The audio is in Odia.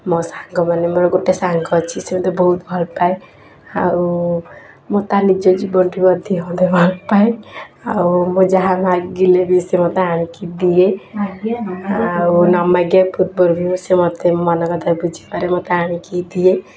ମୋ ସାଙ୍ଗମାନେ ମୋର ଗୋଟେ ସାଙ୍ଗ ଅଛି ସେ ମୋତେ ବହୁତ ଭଲ ପାଏ ଆଉ ମୋତେ ତା' ନିଜ ଜୀବନ ଠୁ ବି ଅଧିକ ମୋତେ ଭଲ ପାଏ ଆଉ ମୁଁ ଯାହା ମାଗିଲେ ବି ସେ ମୋତେ ଆଣିକି ଦିଏ ଆଉ ନ ମାଗିବା ପୂର୍ବରୁ ବି ସେ ମୋତେ ମନ କଥା ବୁଝିପାରି ମୋତେ ଆଣିକି ଦିଏ